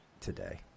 today